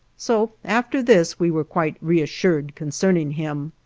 so after this we were quite reassured concerning him.